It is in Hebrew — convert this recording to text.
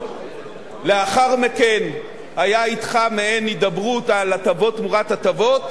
לאחר מכן היתה אתך מעין הידברות על הטבות תמורת הטבות,